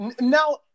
Now